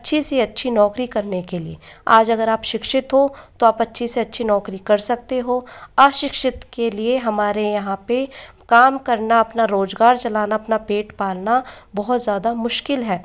अच्छी से अच्छी नौकरी करने के लिए आज अगर आप शिक्षित हो तो आप अच्छी से अच्छी नौकरी कर सकते हो अशिक्षित के लिए हमारे यहाँ पर काम करना अपना रोजगार चलना अपना पेट पालना बहुत ज़्यादा मुश्किल है